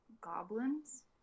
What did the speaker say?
goblins